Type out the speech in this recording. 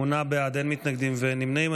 שמונה בעד, אין מתנגדים ואין נמנעים.